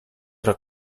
tra